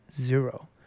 Zero